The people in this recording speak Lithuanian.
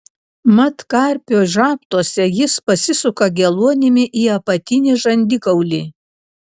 mat karpio žabtuose jis pasisuka geluonimi į apatinį žandikaulį